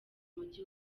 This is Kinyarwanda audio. mujyi